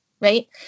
right